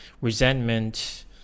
resentment